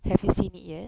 have you seen it yet